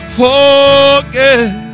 forget